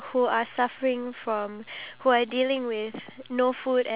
and here we are enjoying that amount of food